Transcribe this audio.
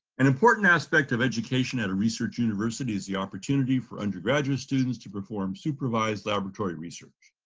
an important aspect of education at a research university is the opportunity for undergraduate students to perform supervised laboratory research.